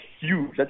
huge